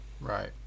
Right